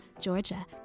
Georgia